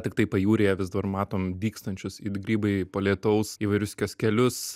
tiktai pajūryje vis dar matom dygstančius it grybai po lietaus įvairius kioskelius